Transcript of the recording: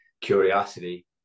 curiosity